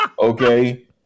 okay